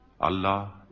Allah